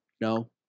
No